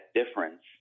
difference